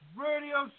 radio